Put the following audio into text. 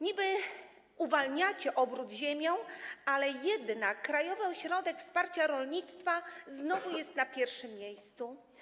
Niby uwalniacie obrót ziemią, ale Krajowy Ośrodek Wsparcia Rolnictwa znowu jest na pierwszym miejscu.